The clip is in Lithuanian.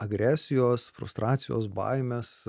agresijos frustracijos baimės